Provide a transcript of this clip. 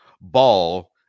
ball